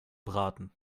braten